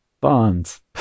Bonds